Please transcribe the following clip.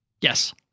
Yes